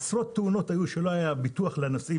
עשרות תאונות היו שלא היה להם ביטוח לנוסעים